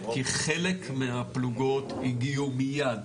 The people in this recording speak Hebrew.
כי חלק מהפלוגות הגיעו מיד,